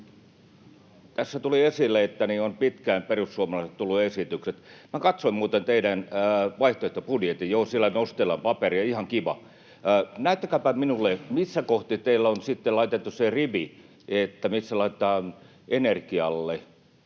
Tässä tuli esille, että on pitkään perussuomalaisilla ollut esitykset. Minä katsoin muuten teidän vaihtoehtobudjetin. — Joo, siellä nostellaan paperia, ihan kiva. — Näyttäkääpä minulle, missä kohti teillä on sitten laitettu se rivi, missä laitetaan energialle